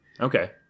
okay